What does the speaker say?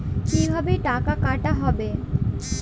কিভাবে টাকা কাটা হবে?